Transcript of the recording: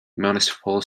municipal